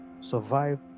survive